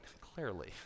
clearly